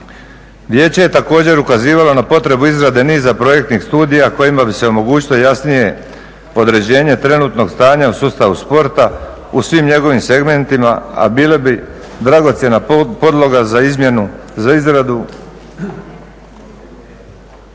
Vijeće je također ukazivalo na potrebu izrade niza projektnih studija kojima bi se omogućilo jasnije određenje trenutnog stanja u sustavu sporta u svim njegovim segmentima, a bila bi dragocjena podloga za izradu